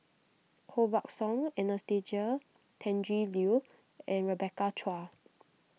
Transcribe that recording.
Koh Buck Song Anastasia Tjendri Liew and Rebecca Chua